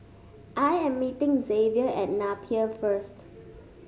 I am meeting Xavier at Napier first